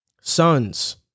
Sons